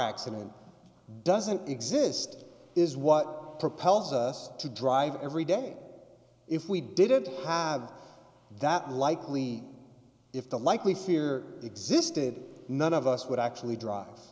accident doesn't exist is what propels us to drive every day if we didn't have that likely if the likely fear existed none of us would actually drive